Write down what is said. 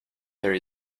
there